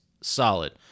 solid